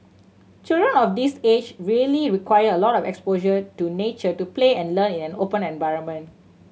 children of this age really require a lot of exposure to nature to play and learn in open environment